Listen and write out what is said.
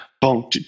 boom